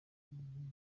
nk’umuhanzi